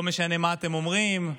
לא משנה מה אתם אומרים,